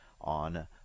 on